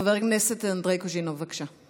חבר הכנסת אנדרי קוז'ינוב, בבקשה.